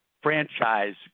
franchise